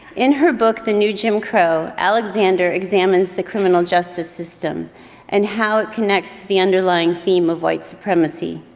in her book the new jim crow, alexander examines the criminal justice system and how it connects the underlying theme of white supremacy.